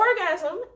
orgasm